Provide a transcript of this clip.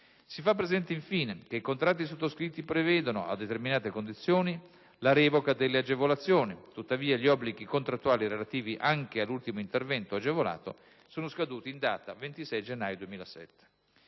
Si fa presente, infine, che i contratti sottoscritti prevedono, a determinate condizioni, la revoca delle agevolazioni; tuttavia, gli obblighi contrattuali relativi anche all'ultimo intervento agevolato sono scaduti in data 26 gennaio 2007.